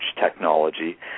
technology